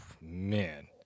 man